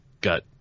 got